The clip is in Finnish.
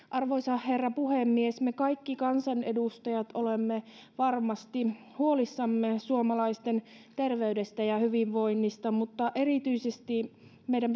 arvoisa herra puhemies me kaikki kansanedustajat olemme varmasti huolissamme suomalaisten terveydestä ja hyvinvoinnista mutta erityisesti meidän